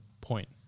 point